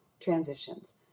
transitions